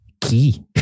key